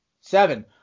seven